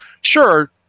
sure